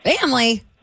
Family